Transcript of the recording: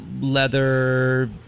leather